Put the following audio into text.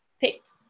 picked